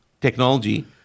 technology